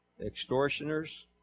extortioners